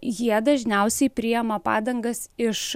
jie dažniausiai priėma padangas iš